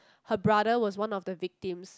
her brother was one of the victims